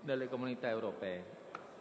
delle Comunità europee»